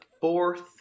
fourth